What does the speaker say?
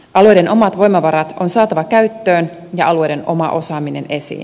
alueiden omat voimavarat on saatava käyttöön ja alueiden oma osaaminen esiin